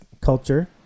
culture